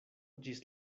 ĝis